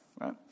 right